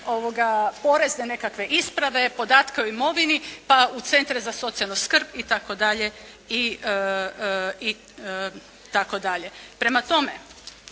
porezne nekakve isprave, podatke o imovini, pa u centre za socijalnu skrb itd. Prema tome,